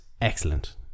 Excellent